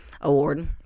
award